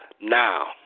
now